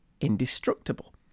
indestructible